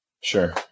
Sure